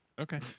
Okay